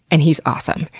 and he is awesome.